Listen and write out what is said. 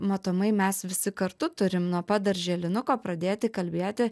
matomai mes visi kartu turim nuo pat darželinuko pradėti kalbėti